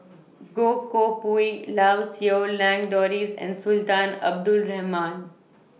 Goh Koh Pui Lau Siew Lang Doris and Sultan Abdul Rahman